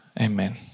Amen